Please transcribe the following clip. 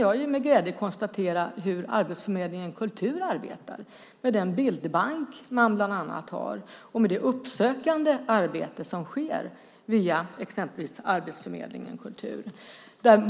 Jag kan med glädje konstatera hur Arbetsförmedlingen Kultur arbetar med den bildbank man bland annat har och med det uppsökande arbete som sker via exempelvis Arbetsförmedlingen Kultur.